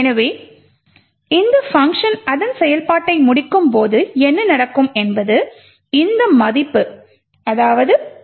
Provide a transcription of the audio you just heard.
எனவே இந்த பங்க்ஷன் அதன் செயல்பாட்டை முடிக்கும்போது என்ன நடக்கும் என்பது இந்த மதிப்பு 0804845C